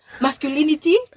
Masculinity